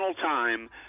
time